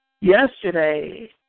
yesterday